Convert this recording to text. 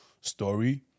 story